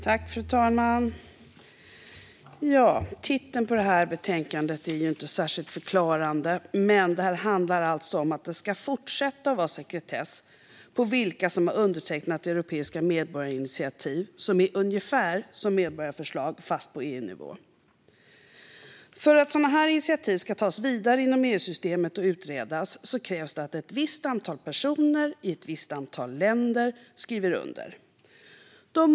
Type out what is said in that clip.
Fru talman! Titeln på det här betänkandet är inte särskilt förklarande, men det handlar alltså om att det ska fortsätta vara sekretess på vilka som har undertecknat europeiska medborgarinitiativ, som är ungefär som medborgarförslag fast på EU-nivå. För att sådana här initiativ ska tas vidare inom EU-systemet och utredas krävs att ett visst antal personer i ett visst antal länder skriver under.